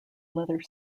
leather